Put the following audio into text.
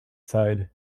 sighed